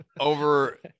Over